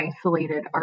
isolated